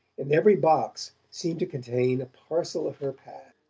and every box seemed to contain a parcel of her past.